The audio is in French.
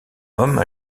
homme